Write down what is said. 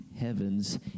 Heavens